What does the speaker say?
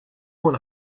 own